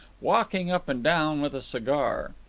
walking up and down with a cigar.